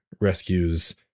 Rescues